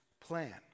plan